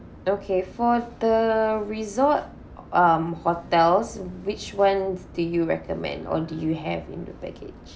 okay for the resort um hotels which one do you recommend or do you have in the package